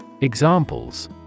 Examples